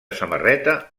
samarreta